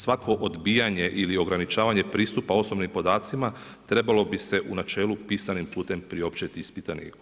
Svako odbijanje ili ograničavanje pristupa osobnim podacima trebalo bi se u načelu pisanim putem priopćiti ispitaniku.